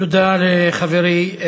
תודה לחברי,